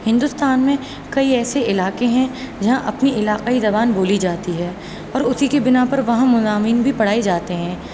ہندوستان میں کئی ایسے علاقے ہیں جہاں اپنی علاقائی زبان بولی جاتی ہے اور اسی کی بنا پر وہاں مضامین بھی پڑھائے جاتے ہیں